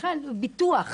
בכלל של ביטוח.